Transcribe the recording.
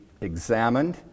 examined